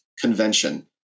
convention